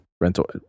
rental